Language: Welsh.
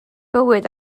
bywyd